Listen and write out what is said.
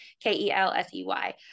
K-E-L-S-E-Y